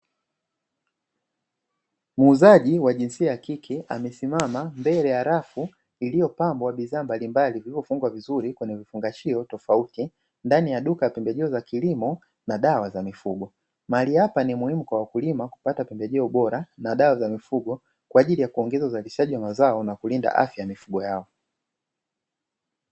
Muuzaji wa jinsia ya kike amesimama mbele ya rafu iliyopambwa bidhaa mbalimbali zilizofungwa vizuri kwenye vidungashio tofauti, ndani ya duka pembejeo za kilimo na dawa za mifugo, mahali hapa ni muhimu kwa wakulima kupata pembejeo bora na dawa za mifugo kwa ajili ya kuongeza uzalishaji wa mazao na kulinda afya ya mifugo yao.